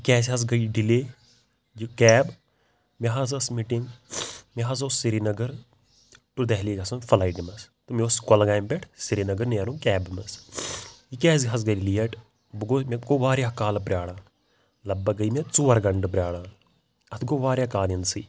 یہِ کیازِ حظ گٔیے ڈِلے یہِ کیب مےٚ حظ ٲسۍ مِٹِنٛگ مےٚ حظ اوس سرینگر ٹُوٚ دہلی گژھُن فٕلایٹہِ منٛز تہٕ مےٚ اوس کۄلگامہِ پٮ۪ٹھ سرینگر نیرُن کیبہِ منٛز یہِ کیازِ حظ گٔیے لیٹ بہٕ گوس مےٚ گوٚو واریاہ کال پرٛاران لگ بگ گٔیے مےٚ ژور گَنٹہٕ پرٛاران اَتھ گوٚو واریاہ کال یِنسٕے